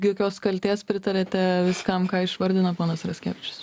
jokios kaltės pritariate viskam ką išvardino ponas raskevičius